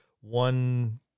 one